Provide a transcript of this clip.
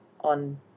on